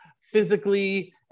physically